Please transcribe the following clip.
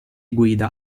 guida